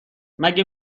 مگه